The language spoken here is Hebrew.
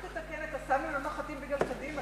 רק לתקן: ה"קסאמים" לא נוחתים בגלל קדימה,